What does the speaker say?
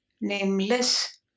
nameless